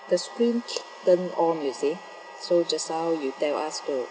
the screen turned on you see so just now you tell us to